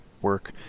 work